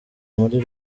muri